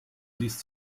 siehst